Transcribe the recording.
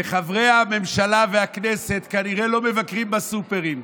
וחברי הממשלה והכנסת כנראה לא מבקרים בסופרים.